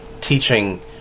teaching